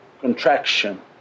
contraction